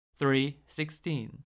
3.16